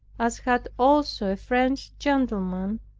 as had also a french gentleman,